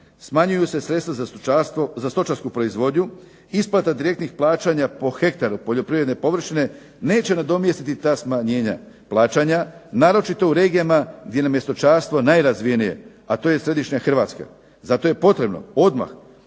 za stočarstvo, za stočarsku proizvodnju, isplata direktnih plaćanja po hektaru poljoprivredne površine neće nadomjestiti ta smanjenja plaćanja naročito u regijama gdje nam je stočarstvo najrazvijenije, a to je središnja Hrvatska. Zato je potrebno odmah